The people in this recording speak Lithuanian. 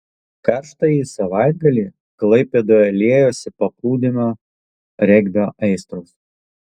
karštąjį savaitgalį klaipėdoje liejosi paplūdimio regbio aistros